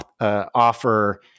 offer